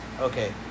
Okay